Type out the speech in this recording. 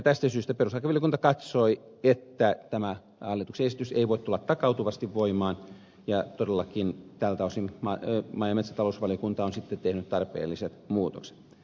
tästä syystä perustuslakivaliokunta katsoi että tämä hallituksen esitys ei voi tulla takautuvasti voimaan ja todellakin tältä osin maa ja metsätalousvaliokunta on sitten tehnyt tarpeelliset muutokset